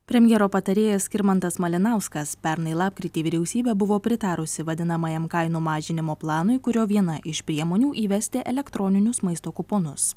premjero patarėjas skirmantas malinauskas pernai lapkritį vyriausybė buvo pritarusi vadinamajam kainų mažinimo planui kurio viena iš priemonių įvesti elektroninius maisto kuponus